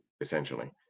essentially